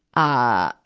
ah,